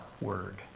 word